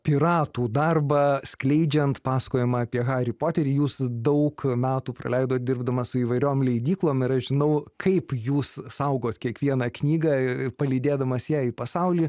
piratų darbą skleidžiant pasakojimą apie harį poterį jūs daug metų praleidot dirbdamas su įvairiom leidyklom ir aš žinau kaip jūs saugot kiekvieną knygą palydėdamas ją į pasaulį